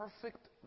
perfect